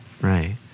Right